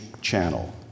Channel